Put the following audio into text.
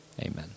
Amen